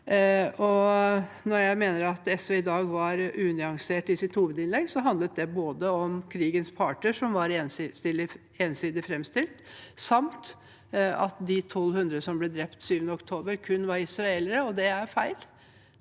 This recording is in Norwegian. Når jeg mener at SV i dag er unyansert i sitt hovedinnlegg, handler det både om krigens parter, som var ensidig framstilt, samt at de 1 200 som ble drept 7. oktober, kun var israelere – og det er feil.